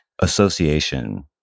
association